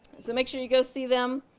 so make sure you go see them.